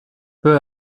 peu